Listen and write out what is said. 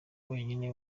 wenyine